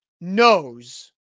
knows